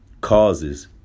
causes